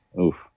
Oof